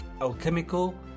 alchemical